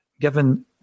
given